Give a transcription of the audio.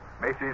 Macy's